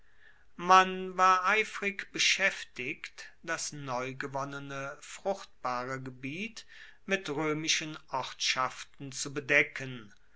man war eifrig beschaeftigt das neugewonnene fruchtbare gebiet mit roemischen ortschaften zu bedecken